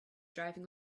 driving